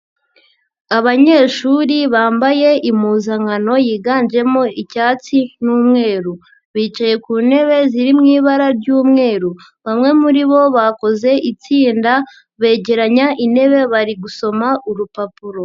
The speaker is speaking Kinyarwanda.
Abanyeshuri bambaye impuzankano yiganjemo icyatsi n'umweru. Bicaye ku ntebe ziri mu ibara ry'umweru. Bamwe muri bo bakoze itsinda, begeranya intebe bari gusoma urupapuro.